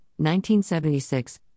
1976